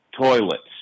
toilets